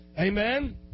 Amen